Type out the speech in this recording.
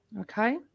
Okay